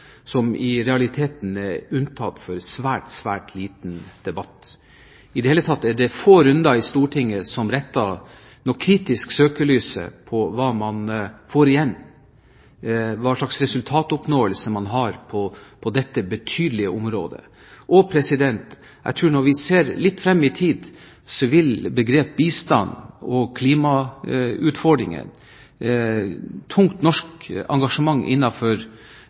som i realiteten er gjenstand for svært liten debatt. I det hele tatt er det få runder i Stortinget som retter noe kritisk søkelys på hva man får igjen, og hva slags resultatoppnåelse man har på dette betydelige området. Jeg tror at når vi ser litt frem i tid, vil begrep som bistand, klimautfordringer, og tungt norsk engasjement